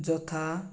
ଯଥା